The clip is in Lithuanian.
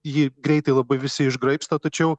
jį greitai labai visi išgraibsto tačiau